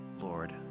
Lord